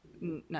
No